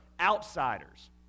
outsiders